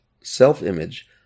self-image